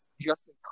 Justin